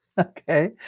Okay